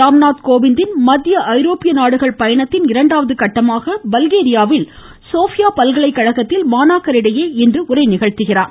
ராம்நாத் கோவிந்தின் மத்திய ஐரோப்பிய நாடுகள் பயணத்தின் இரண்டாவது கட்டமாக பல்கேரியாவில் சோபியா பல்கலைக்கழகத்தில் மாணாக்கரிடையே இன்று உரை நிகழ்த்துகிறார்